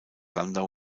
landau